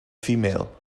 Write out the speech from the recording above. female